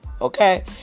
Okay